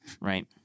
Right